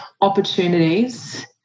opportunities